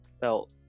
felt